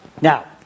Now